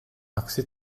aksi